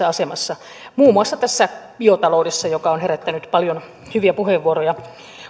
asemassa muun muassa biotaloudessa joka on herättänyt paljon hyviä puheenvuoroja